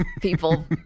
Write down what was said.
people